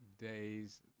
days